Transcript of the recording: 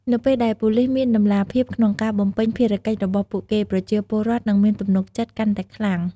នៅពេលដែលប៉ូលីសមានតម្លាភាពក្នុងការបំពេញភារកិច្ចរបស់ពួកគេ ប្រជាពលរដ្ឋនឹងមានទំនុកចិត្តកាន់តែខ្លាំង។